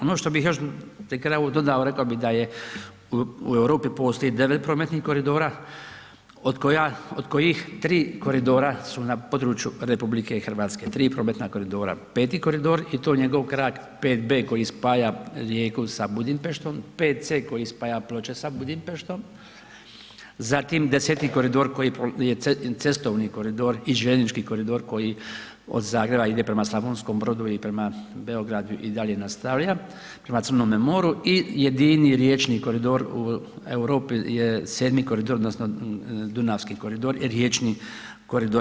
Ono što bih još pri kraju dodao, rekao bi da Europi postoje 9 prometnih koridora od kojih 3 koridora su na području RH, tri prometna koridora, 5. koridor i to njegov krak, 5B koji spaja Rijeku sa Budimpeštom, 5C koji spaja Ploče sa Budimpeštom zatim 10. koridor koji je cestovni koridor i željeznički koridor koji od Zagreba ide prema Slavonskom Brodu i prema Beogradu i dalje nastavlja prema Crnome moru i jedini riječni koridor u Europi je 7. koridor odnosno dunavski koridor, riječi koridor.